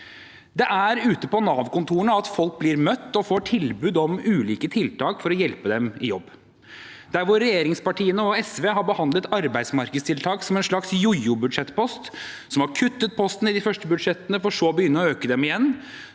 Det er ute på Nav-kontorene at folk blir møtt og får tilbud om ulike tiltak for å hjelpe dem i jobb. Der regjeringspartiene og SV har behandlet arbeidsmarkedstiltak som en slags jojo-budsjettpost, hvor de har kuttet posten i de første budsjettene for så å begynne å øke dem igjen,